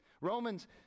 romans